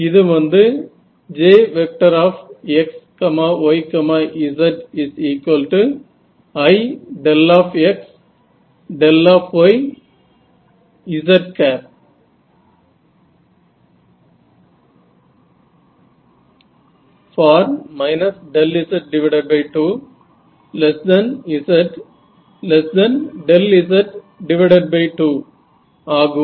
இது வந்து JxyzIzfor z2 zz2 ஆகும்